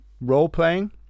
role-playing